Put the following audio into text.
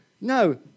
No